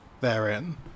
therein